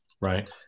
Right